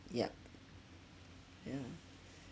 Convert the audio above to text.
yup yeah